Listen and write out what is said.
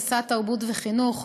מוסד תרבות וחינוך,